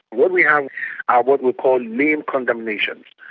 what we have are what we call name condemnations.